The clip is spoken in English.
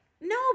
No